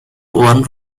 one